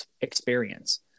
experience